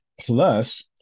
Plus